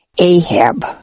Ahab